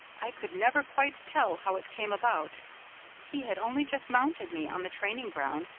i could never quite tell how it came about he had only just mounted me on the training ground,